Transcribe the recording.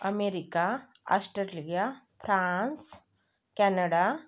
America Australia France Canada